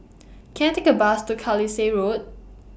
Can I Take A Bus to Carlisle Road